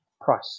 price